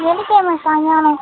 வெள்ளிக்கிழம சாயங்காலோம்